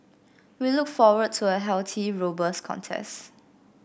we look forward to a healthy robust contest